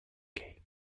quais